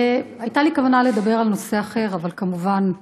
הייתה לי כוונה לדבר על נושא אחר, אבל כמובן,